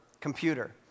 computer